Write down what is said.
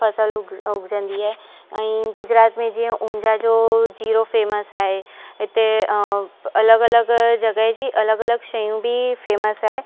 फसुलु उग उगजंदी आहे ऐं गुजरात में जीअं उंझा जो जीरो फेमस आहे हिते अलॻि अलॻि जॻह जी अलॻि अलॻि शयूं बि फेमस आहे